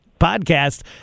podcast